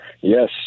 Yes